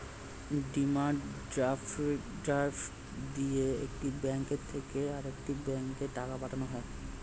demand draft দিয়ে একটা bank থেকে আরেকটা ব্যাঙ্কে টাকা পাঠানো হয়